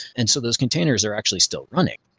and so those containers are actually still running.